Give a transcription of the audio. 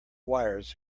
wires